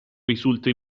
risulta